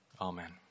Amen